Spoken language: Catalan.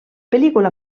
pel·lícula